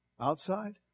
outside